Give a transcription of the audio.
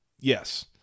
Yes